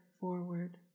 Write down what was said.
forward